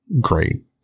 great